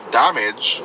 damage